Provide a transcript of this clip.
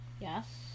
Yes